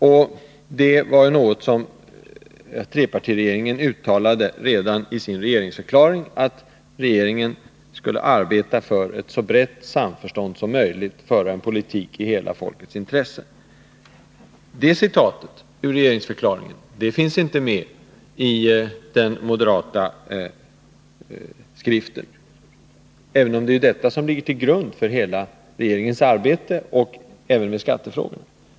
Redan i sin regeringsförklaring uttalade trepartiregeringen att den skulle arbeta för ett så brett samförstånd som möjligt och föra en politik i hela folkets intresse. Det citatet ur regeringsförklaringen finns inte med i den moderata skriften, trots att det är detta som legat till grund för hela regeringens arbete, även i skattefrågorna.